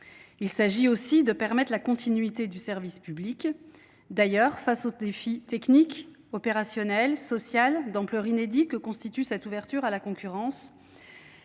Il s’agit aussi de permettre la continuité du service public. D’ailleurs, face au défi technique, opérationnel et social d’ampleur inédite que constitue cette ouverture à la concurrence